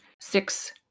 six